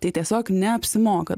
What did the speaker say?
tai tiesiog neapsimoka